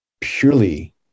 purely